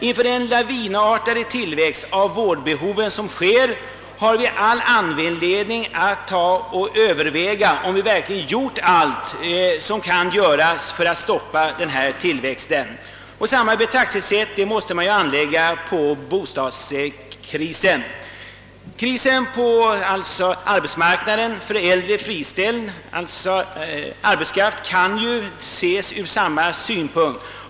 Inför den lavinartade ökning av vårdbehoven som sker har vi all anledning att överväga, om vi verkligen gjort vad som kan göras för att stoppa upp en sådan utveckling. Samma betraktelsesätt måste enligt min mening anläggas på bostadskrisen. Krisen på arbetsmarknaden för äldre arbetskraft kan också ses ur samma synpunkt.